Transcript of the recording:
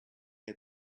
had